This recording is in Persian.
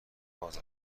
باز